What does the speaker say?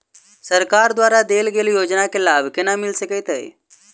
सरकार द्वारा देल गेल योजना केँ लाभ केना मिल सकेंत अई?